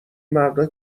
مردا